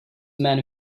man